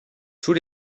tous